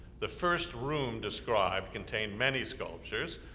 the first room described contained many sculptures,